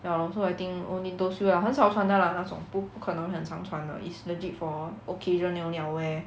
ya lor so I think only those few lah 很少穿的 lah 那种不不可能很长穿的 is legit for occasion then only I wear